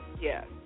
Yes